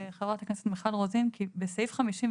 חבר הכנסת מיכל רוזין, כי בסעיף 56